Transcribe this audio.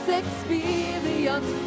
experience